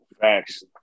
Facts